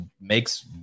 makes